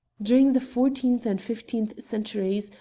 during the fourteenth and fifteenth centuries,